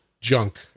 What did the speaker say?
junk